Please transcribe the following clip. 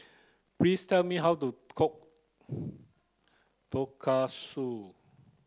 please tell me how to cook Tonkatsu